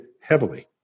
heavily